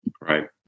Right